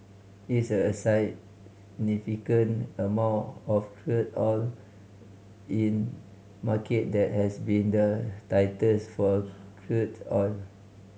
it's a amount of crude oil in market that has been the tightest for crude oil